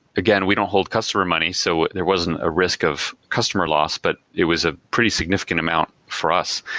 again, we don't hold customer money, so there wasn't a risk of customer loss, but it was a pretty significant amount for us.